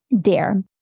Dare